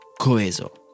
COESO